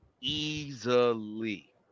easily